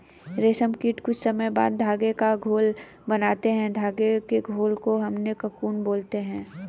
रेशम कीट कुछ समय बाद धागे का घोल बनाता है धागे के घोल को हम कोकून बोलते हैं